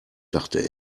dachte